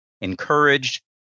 encouraged